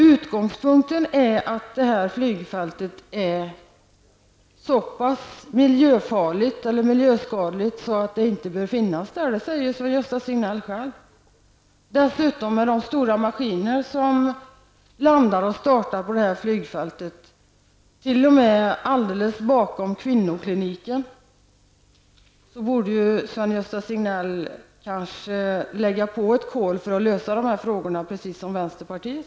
Utgångspunkten är att detta flygfält är så pass miljöskadligt att det inte borde finnas. Det säger Sven-Gösta Signell själv. Dessutom landar och startar stora flygmaskiner på flygfältet, t.o.m. alldeles bakom kvinnokliniken. Sven-Gösta Signell borde kanske lägga på ett kol för att lösa dessa frågor, precis som vänsterpartiet.